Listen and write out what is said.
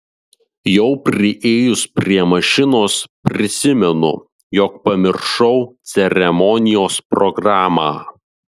jau priėjus prie mašinos prisimenu jog pamiršau ceremonijos programą